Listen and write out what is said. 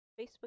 Facebook